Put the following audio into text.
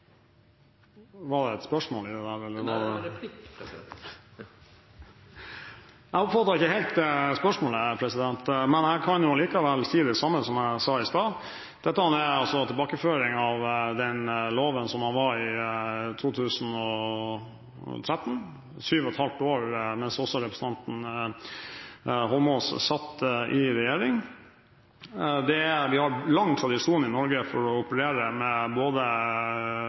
det? Nei, det var en replikk. Jeg oppfattet ikke helt spørsmålet, men jeg kan likevel si det samme som jeg sa i sted: Dette er en tilbakeføring av loven til slik den var i 2013, og slik den hadde vært i sju og et halvt år, mens representanten Eidsvoll Holmås satt i regjering. Vi har lang tradisjon i Norge for å operere med